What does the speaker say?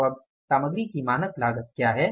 तो अब सामग्री की मानक लागत क्या है